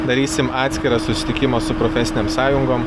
darysim atskirą susitikimą su profesinėm sąjungom